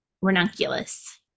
ranunculus